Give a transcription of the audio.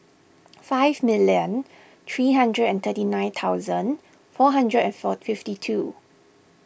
five million three hundred and thirty nine thousand four hundred and four fifty two